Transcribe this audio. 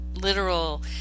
literal